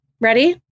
ready